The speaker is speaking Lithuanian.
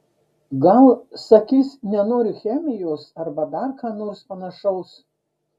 gal sakys nenoriu chemijos arba dar ką nors panašaus